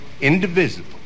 indivisible